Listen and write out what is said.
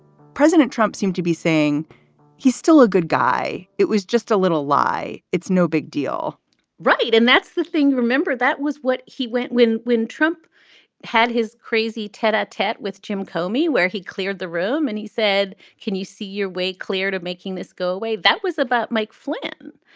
president trump seemed to be saying he's still a good guy. it was just a little lie. it's no big deal right. and that's the thing. remember, that was what he went when when trump had his crazy tete a tete with jim comey, where he cleared the room room and he said, can you see your way clear to making this go away? that was about mike flynn.